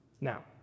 Now